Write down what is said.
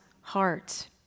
heart